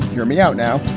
hear me out now.